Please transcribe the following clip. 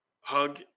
Hug